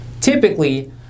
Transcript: Typically